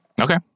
Okay